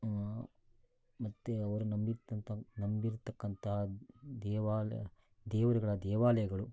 ಮತ್ತೆ ಅವರು ನಂಬಿದ್ದಂಥ ನಂಬಿರತಕ್ಕಂಥ ದೇವಾಲ ದೇವರುಗಳ ದೇವಾಲಯಗಳು